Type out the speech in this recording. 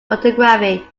orthography